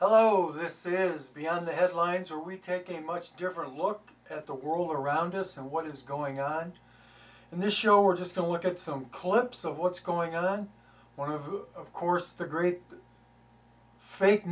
hello this is beyond the headlines are we take a much different look at the world around us and what is going on in this show or just to look at some clips of what's going on on one of whom of course the great fake